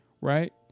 right